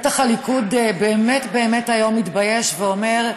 בטח הליכוד באמת באמת היום מתבייש ואומר: